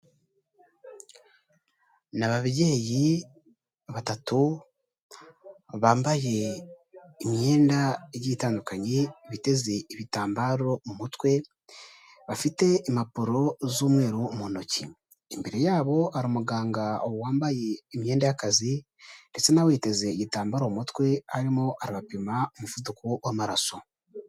Ni ababyeyi batatu bambaye imyenda igiye itandukanye biteze ibitambaro mu mutwe bafite impapuro z'umweru mu ntoki, imbere yabo hari umuganga wambaye imyenda y'akazi ndetse nawe yiteze igitambaro mu mutwe arimo arabapima umuvuduko w'amaraso.